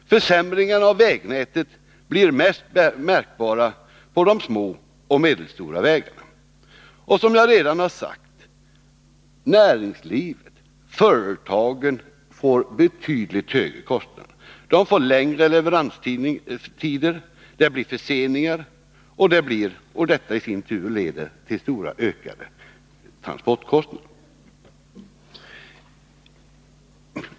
Försämringarna av vägnätet blir mest märkbara på de små och medelstora vägarna. Som jag redan har sagt får företagen betydligt högre kostnader. De får längre leveranstider, det blir förseningar, och detta i sin tur leder till ökade transportkostnader.